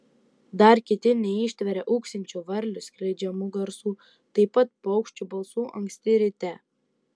dar kiti neištveria ūksinčių varlių skleidžiamų garsų taip pat paukščių balsų anksti ryte